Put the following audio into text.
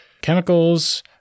chemicals